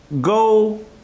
go